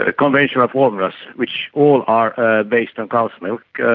ah conventional formulas, which all are ah based on cow's milk,